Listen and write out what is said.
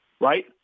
right